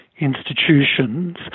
institutions